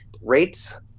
rates